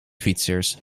fietsers